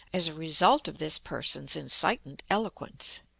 as a result of this person's incitant eloquence.